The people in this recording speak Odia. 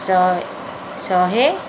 ଶହେ ଶହେ